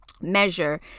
Measure